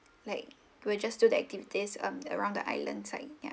like we'll just do the activities around the island side yeah